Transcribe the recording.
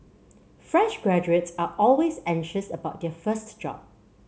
fresh graduates are always anxious about their first job